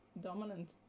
dominant